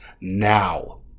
now